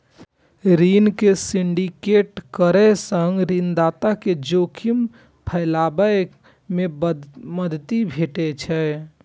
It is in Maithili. ऋण के सिंडिकेट करै सं ऋणदाता कें जोखिम फैलाबै मे मदति भेटै छै